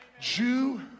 Jew